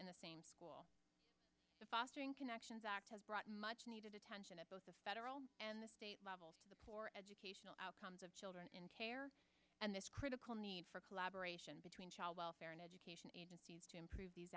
in the same fostering connections act has brought much needed attention at both the federal and state level the poor educational outcomes of children in care and this critical need for collaboration between child welfare and education agencies to improve these